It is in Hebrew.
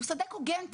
הוא שדה קוגנטי.